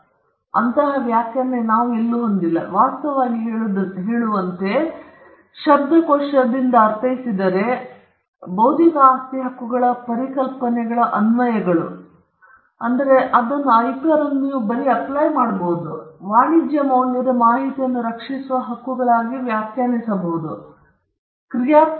ನಾನು ಒಪ್ಪಿದ ವ್ಯಾಖ್ಯಾನವನ್ನು ಹೊಂದಿಲ್ಲ ವಾಸ್ತವವಾಗಿ ನಾನು ಹೇಳಿದಂತೆ ನೀವು ಶಬ್ದಕೋಶವನ್ನು ಅರ್ಥೈಸಿದರೆ ಒಂದು ವ್ಯಾಖ್ಯಾನ ಬೌದ್ಧಿಕ ಆಸ್ತಿ ಹಕ್ಕುಗಳನ್ನು ಪರಿಕಲ್ಪನೆಗಳ ಅನ್ವಯಗಳು ಮತ್ತು ವಾಣಿಜ್ಯ ಮೌಲ್ಯದ ಮಾಹಿತಿಯನ್ನು ರಕ್ಷಿಸುವ ಹಕ್ಕುಗಳಾಗಿ ವ್ಯಾಖ್ಯಾನಿಸಬಹುದು